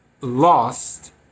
lost